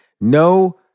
No